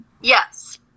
Yes